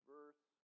Verse